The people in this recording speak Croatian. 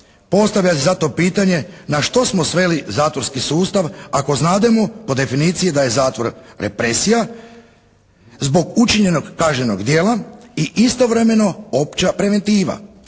Postavlja se zato pitanje, na što smo sveli zatvorski sustav ako znademo po definiciji da je zatvor represija zbog učinjenog kažnjenog djela i istovremeno opća preventiva.